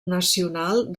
nacional